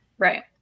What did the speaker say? Right